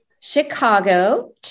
Chicago